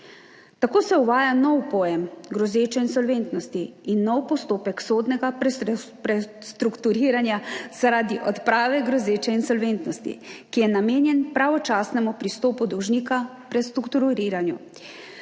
Tako se uvaja nov pojem grozeče insolventnosti in nov postopek sodnega prestrukturiranja zaradi odprave grozeče insolventnosti, ki je namenjen pravočasnemu pristopu dolžnika k prestrukturiranju,